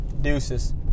deuces